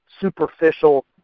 superficial